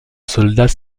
soldats